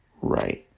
right